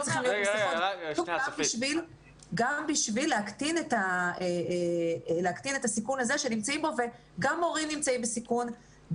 גם בשביל להקטין את הסיכון הזה שנמצאים בו וגם מורים נמצאים בסיכון,